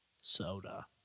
soda